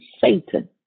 Satan